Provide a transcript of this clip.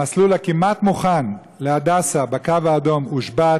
המסלול הכמעט-מוכן להדסה בקו האדום הושבת.